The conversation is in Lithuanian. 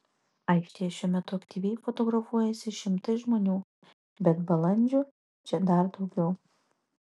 aikštėje šiuo metu aktyviai fotografuojasi šimtai žmonių bet balandžių čia dar daugiau